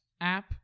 app